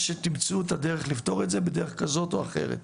שתמצאו את הדרך לפתור את זה בדרך כזאת או אחרת.